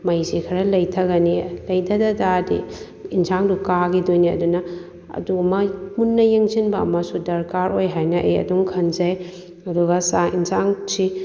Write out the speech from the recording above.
ꯃꯩꯁꯤ ꯈꯔ ꯂꯩꯊꯒꯅꯤ ꯂꯩꯊꯗ ꯇꯥꯔꯗꯤ ꯌꯦꯟꯁꯥꯡꯗꯣ ꯀꯥꯈꯤꯗꯣꯏꯅꯦ ꯑꯗꯨꯅ ꯑꯗꯨꯃ ꯃꯨꯟꯅ ꯌꯦꯡꯁꯤꯟꯕ ꯑꯃꯁꯨ ꯗꯔꯀꯥꯔ ꯑꯣꯏ ꯍꯥꯏꯅ ꯑꯩ ꯑꯗꯨꯝ ꯈꯟꯖꯩ ꯑꯗꯨꯒ ꯆꯥꯛ ꯌꯦꯟꯁꯥꯡꯁꯤ